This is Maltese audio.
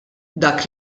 dak